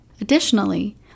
Additionally